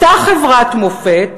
אותה חברת מופת,